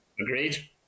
Agreed